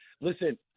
Listen